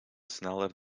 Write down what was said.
sneller